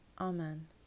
Amen